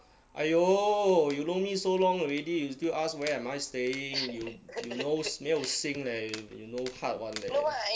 !aiyo! you know me so long already you still ask where am I staying you you no 没有心 leh you you no heart [one] leh